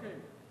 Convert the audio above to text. כן, כן.